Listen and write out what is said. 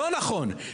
לא נכון.